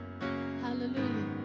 Hallelujah